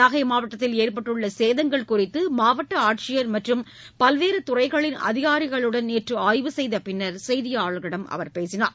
நாகை மாவட்டத்தில் ஏற்பட்டுள்ள சேதங்கள் குறித்து மாவட்ட ஆட்சியர் மற்றும் பல்வேறு துறைகளின் அதிகாரிகளுடன் நேற்று ஆய்வு செய்த பின்னர் செய்தியாளர்களிடம் அவர் பேசினார்